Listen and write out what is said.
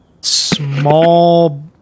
small